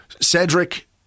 Cedric